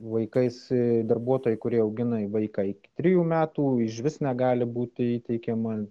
vaikais darbuotojai kurie augina vaiką iki trijų metų išvis negali būti įteikiama